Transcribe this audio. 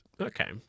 Okay